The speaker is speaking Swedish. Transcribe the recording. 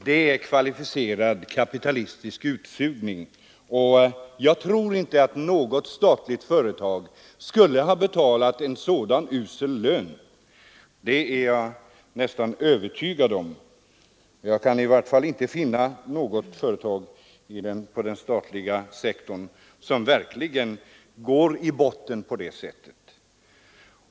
Det är kvalificerad kapitalistisk utsugning, och jag är övertygad om att inte något statligt företag skulle betala en så usel lön. Jag kan i vart fall inte finna något företag inom den statliga sektorn med sådana bottenlöner.